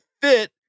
Fit